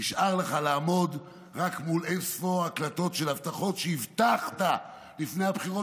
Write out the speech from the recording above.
נשאר לך לעמוד רק מול אין-ספור הקלטות של הבטחות שהבטחת לפני הבחירות,